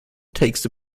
takes